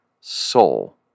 soul